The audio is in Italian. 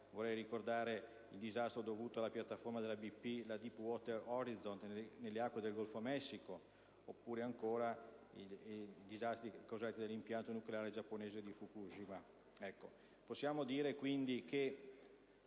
Vorrei ricordare il disastro dovuto alla piattaforma della BP, la Deepwater Horizon, nelle acque del Golfo del Messico, oppure ancora il disastro causato dall'impianto nucleare giapponese di Fukushima.